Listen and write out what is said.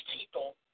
people